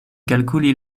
kalkuli